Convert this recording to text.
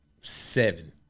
seven